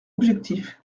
objectif